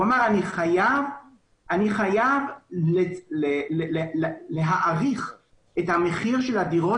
הוא אמר שהוא חייב להעריך את המחיר של הדירות